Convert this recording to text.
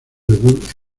debut